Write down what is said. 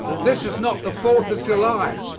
this is not the fourth of july.